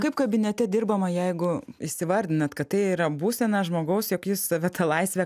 kaip kabinete dirbama jeigu įsivardinat kad tai yra būsena žmogaus jog jis save ta laisve